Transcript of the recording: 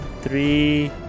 three